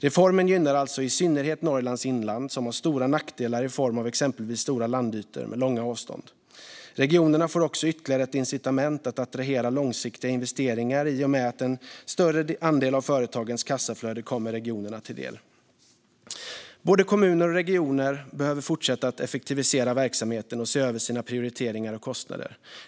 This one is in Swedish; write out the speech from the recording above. Reformen gynnar alltså i synnerhet Norrlands inland, som har stora nackdelar i form av exempelvis stora landytor med långa avstånd. Regionerna får också ytterligare ett incitament att attrahera långsiktiga investeringar i och med att en större andel av företagens kassaflöde kommer regionerna till del. Både kommuner och regioner behöver fortsätta att effektivisera verksamheten och se över sina prioriteringar och kostnader.